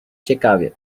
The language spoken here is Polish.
ciekawie